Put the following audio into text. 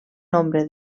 nombre